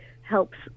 helps